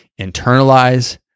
internalize